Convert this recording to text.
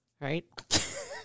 right